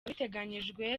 biteganijwe